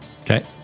Okay